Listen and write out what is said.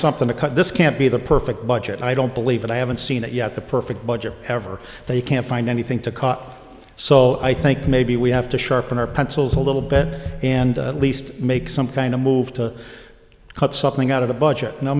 something to cut this can't be the perfect budget i don't believe and i haven't seen it yet the perfect budget ever they can't find anything to cut so i think maybe we have to sharpen our pencils a little bit and at least make some kind of move to cut something out of the budget no